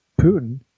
Putin